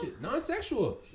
Non-sexual